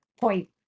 point